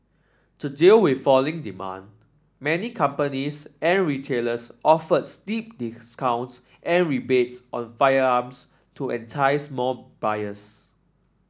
to deal with falling demand many companies and retailers offered steep discounts and rebates on firearms to entice more buyers